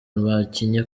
bakinnye